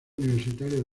universitario